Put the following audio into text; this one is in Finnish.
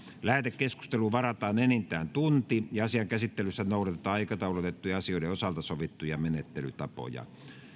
lähetekeskusteluun varataan enintään tunti ja asian käsittelyssä noudatetaan aikataulutettujen asioiden osalta sovittuja menettelytapoja